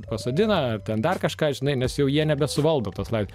pasodina ten dar kažką žinai nes jau jie nebesuvaldo tos laisvės